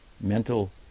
mental